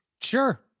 sure